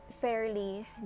fairly